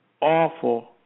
awful